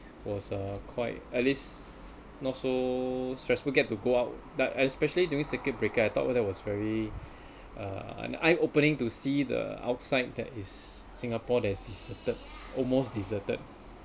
was uh quite at least not so stressful get to go out but especially during circuit breaker I thought that was very uh eye opening to see the outside that is singapore that is deserted almost deserted